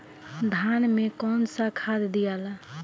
धान मे कौन सा खाद दियाला?